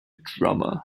drummer